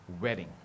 wedding